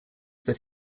that